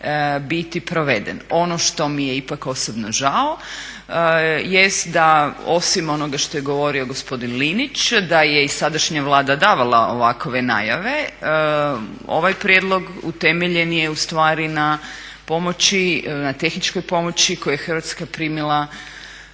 biti proveden. Ono što mi je ipak osobno žao jest da osim onoga što je govorio gospodin Linić da je i sadašnja Vlada davala ovakve najave ovaj prijedlog utemeljen je ustvari na pomoći, na tehničkoj pomoći koju je Hrvatska primila